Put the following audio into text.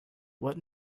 what